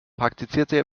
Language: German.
praktizierte